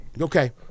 Okay